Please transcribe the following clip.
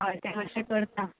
हय तें माश्शें करता